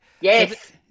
Yes